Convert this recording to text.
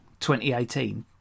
2018